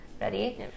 Ready